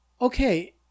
okay